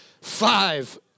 Five